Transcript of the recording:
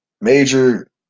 Major